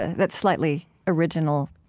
that's slightly original,